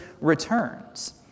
returns